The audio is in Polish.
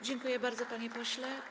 Dziękuję bardzo, panie pośle.